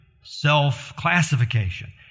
self-classification